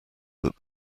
that